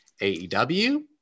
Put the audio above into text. AEW